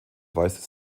weist